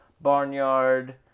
Barnyard